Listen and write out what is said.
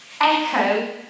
echo